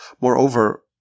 Moreover